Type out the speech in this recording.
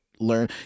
learn